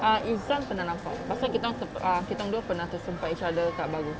ah izuan pernah nampak pasal kita orang uh kita orang dua pernah terserempak each other kat mango